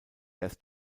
erst